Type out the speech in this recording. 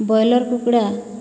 broiler କୁକୁଡ଼ା